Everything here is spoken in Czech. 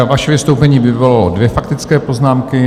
Vaše vystoupení vyvolalo dvě faktické poznámky.